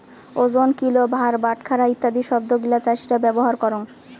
ওজন, কিলো, ভার, বাটখারা ইত্যাদি শব্দ গিলা চাষীরা ব্যবহার করঙ